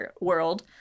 world